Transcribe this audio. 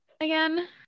again